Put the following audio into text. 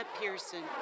Pearson